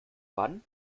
wann